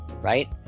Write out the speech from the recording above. Right